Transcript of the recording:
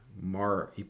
Mar